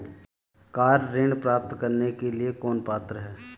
Car ऋण प्राप्त करने के लिए कौन पात्र है?